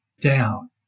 down